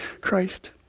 Christ